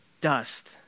dust